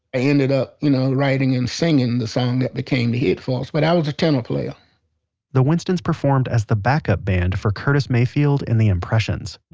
ended up you know writing and singing the song that became a hit for us, but i was a tenor player the winstons performed as the backup band for curtis mayfield and the impressions